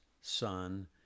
son